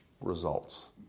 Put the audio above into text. results